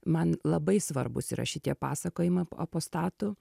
man labai svarbūs yra šitie pasakojimai apostatų